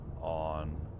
on